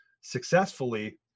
successfully